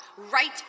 right